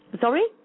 Sorry